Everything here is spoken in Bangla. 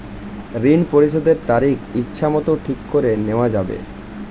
ঋণ পরিশোধের তারিখ ইচ্ছামত ঠিক করে নেওয়া যাবে?